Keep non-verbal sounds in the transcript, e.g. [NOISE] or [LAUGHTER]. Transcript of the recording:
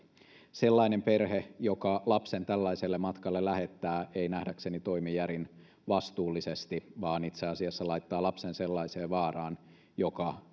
sellainen perhe joka lapsen tällaiselle matkalle lähettää ei nähdäkseni toimi järin vastuullisesti vaan itse asiassa laittaa lapsen sellaiseen vaaraan joka [UNINTELLIGIBLE]